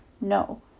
No